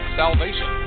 salvation